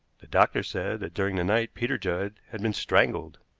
the doctor said that during the night peter judd had been strangled,